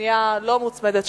השנייה לא מוצמדת,